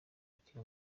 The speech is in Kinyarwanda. ukiri